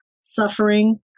suffering